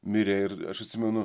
mirė ir aš atsimenu